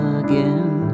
again